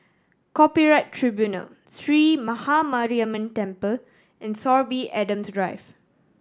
Copyright Tribunal Sree Maha Mariamman Temple and Sorby Adams Drive